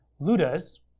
Luda's